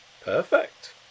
Perfect